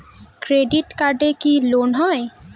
Credit কার্ডে কি loan হয়?